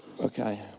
Okay